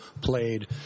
played